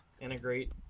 integrate